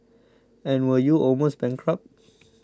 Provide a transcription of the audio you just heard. and were you almost bankrupted